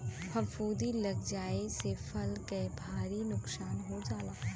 फफूंदी लग जाये से फसल के भारी नुकसान हो जाला